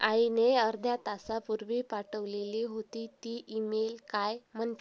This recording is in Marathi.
आईने अर्ध्या तासापूर्वी पाठवलेली होती ती ईमेल काय म्हणते